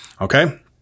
Okay